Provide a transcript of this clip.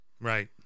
right